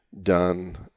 done